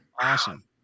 Awesome